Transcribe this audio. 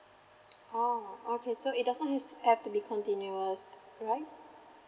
oh okay so it doesn't have to be continuous right